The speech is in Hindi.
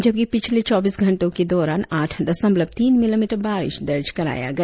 जबकि पिछले चौबीस घंटों के दौरान आठ दशमलव तीन मिलीमीटर बारिश दर्ज कराया गया